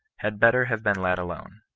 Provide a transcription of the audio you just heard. had better have been let alone.